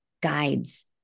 guides